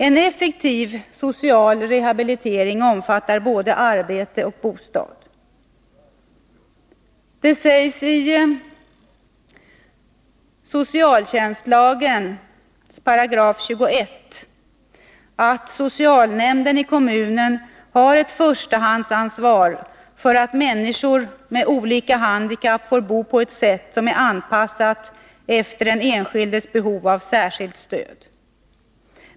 En effektiv social rehabilitering omfattar både arbete och bostad. Det sägs i 21 § socialtjänstlagen att socialnämnden i kommunen har ett förstahandsansvar för att människor med olika handikapp får bo på ett sätt som är anpassat efter den enskildes behov av särskilt stöd.